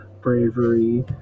bravery